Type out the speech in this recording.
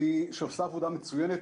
שעושה עבודה מצוינת